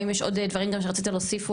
האם יש עוד דברים שרצית להוסיף,